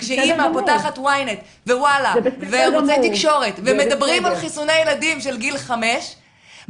וכשאימא פותחת ערוצי תקשורת ומדברים על חיסוני ילדים של גיל חמש,